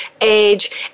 age